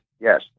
Yes